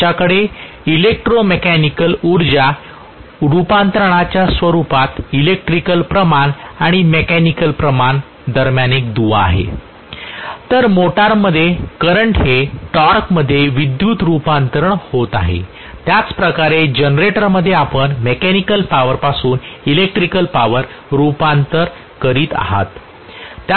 आमच्याकडे इलेक्ट्रोमेकॅनिकल ऊर्जा रूपांतरणाच्या स्वरूपात इलेक्ट्रिकल प्रमाण आणि मॅकेनिकल प्रमाण दरम्यान एक दुवा आहे तर मोटरमध्ये करंट हे टॉर्कमध्ये विद्युत् रूपांतरण होत आहे त्याच प्रकारे जनरेटरमध्ये आपण मेकॅनिकल पॉवर पासून इलेकट्रीकल पॉवर मध्ये रूपांतर करीत आहात